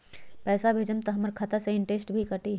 पैसा भेजम त हमर खाता से इनटेशट भी कटी?